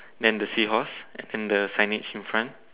then the seahorse then the signage in front